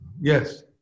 yes